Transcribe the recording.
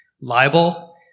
Libel